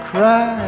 Cry